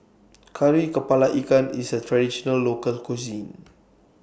Kari Kepala Ikan IS A Traditional Local Cuisine